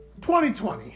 2020